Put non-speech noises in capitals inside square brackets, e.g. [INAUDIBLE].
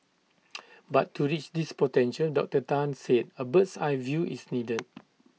[NOISE] but to reach this potential Doctor Tan said A bird's eye view is needed [NOISE]